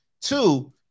Two